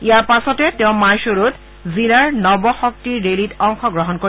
ইয়াৰ পাছতে তেওঁ মাইচুৰত জিলাৰ নব শক্তি ৰেলীত অংশ গ্ৰহণ কৰিব